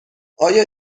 آیا